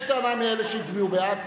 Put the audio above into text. יש טענה מאלה שהצביעו בעד?